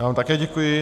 Já vám také děkuji.